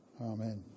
Amen